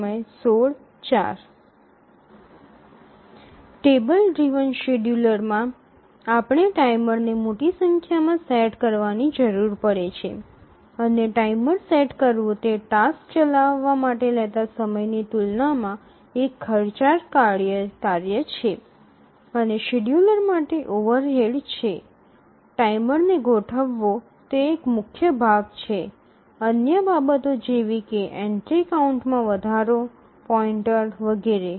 table driven શેડ્યૂલરમાં આપણે ટાઈમરને મોટી સંખ્યામાં સેટ કરવાની જરૂર પડે છે અને ટાઈમર સેટ કરવું તે ટાસ્ક ચલાવવા માટે લેતા સમયની તુલનામાં એક ખર્ચાળ કાર્ય છે અને શેડ્યૂલર માટે ઓવરહેડ છે ટાઈમરને ગોઠવવો તે એક મુખ્ય ભાગ છે અન્ય બાબતો જેવી કે એન્ટ્રી કાઉન્ટમાં વધારો પોઇન્ટર વગેરે